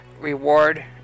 reward